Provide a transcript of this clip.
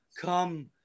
come